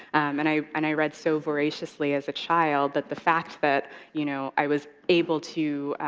and i and i read so voraciously as a child that the fact that you know i was able to,